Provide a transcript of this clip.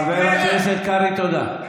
חבר הכנסת קרעי, תודה.